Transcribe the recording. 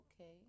Okay